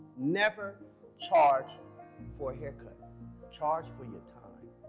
never charge for haircut charge for your time.